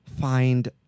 find